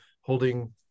holding